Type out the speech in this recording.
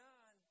on